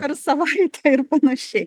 per savaitę ir panašiai